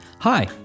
Hi